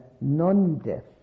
non-death